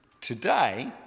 Today